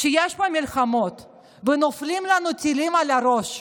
כשיש פה מלחמות ונופלים לנו טילים על הראש,